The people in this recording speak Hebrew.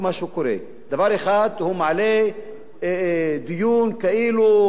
הוא מעלה דיון כאילו דבר איום ונורא,